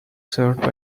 served